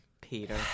Peter